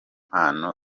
mpano